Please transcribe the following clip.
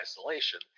isolation